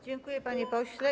Dziękuje, panie pośle.